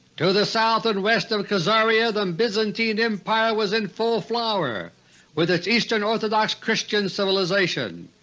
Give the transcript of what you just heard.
to the south and west of khazaria the um byzantine empire was in full flower with its eastern orthodox christian civilization.